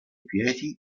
piedi